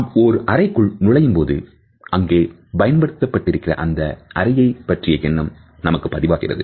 நாம் ஒரு அறைக்குள் நுழையும் போது அங்கே பயன்படுத்தப்பட்டிருக்கிறது அந்த அறையை பற்றிய எண்ணம் நமக்கு பதிவாகிறது